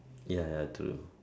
ya ya true